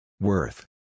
Worth